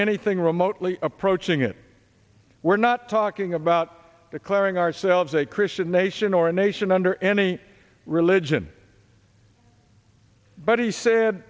anything remotely approaching it we're not talking about acquiring ourselves a christian nation or a nation under any religion but he said